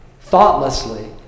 thoughtlessly